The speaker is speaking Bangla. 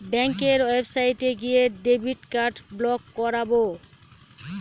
ব্যাঙ্কের ওয়েবসাইটে গিয়ে ডেবিট কার্ড ব্লক করাবো